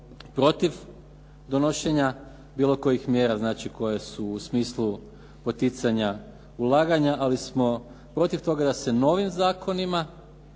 protiv donošenja bilo kojih mjera znači koje su u smislu poticanja ulaganja, ali smo protiv toga da se novim zakonima